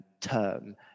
term